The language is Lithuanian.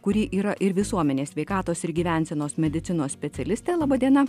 kuri yra ir visuomenės sveikatos ir gyvensenos medicinos specialistė laba diena